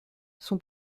son